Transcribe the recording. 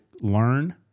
learn